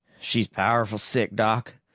she's powerful sick, doc.